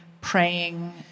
praying